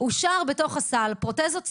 אושר בתוך הסל פרוטזות ספורט.